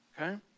okay